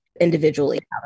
individually